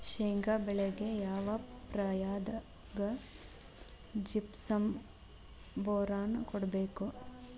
ಶೇಂಗಾ ಬೆಳೆಗೆ ಯಾವ ಪ್ರಾಯದಾಗ ಜಿಪ್ಸಂ ಬೋರಾನ್ ಕೊಡಬೇಕು?